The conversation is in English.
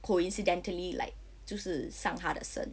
coincidentally like 就是上他的身